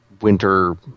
winter